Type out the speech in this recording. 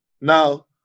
Now